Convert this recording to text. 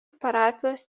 parapijos